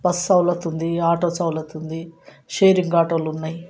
bus సౌలత్తుంది auto సౌలత్తుంది sharing ఆటోలున్నాయి